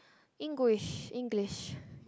English English